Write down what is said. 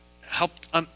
helped